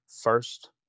First